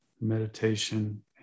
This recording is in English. meditation